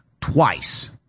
twice